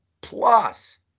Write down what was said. plus